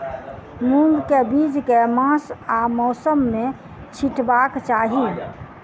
मूंग केँ बीज केँ मास आ मौसम मे छिटबाक चाहि?